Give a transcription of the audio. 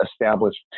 established